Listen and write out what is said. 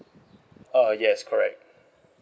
uh yes correct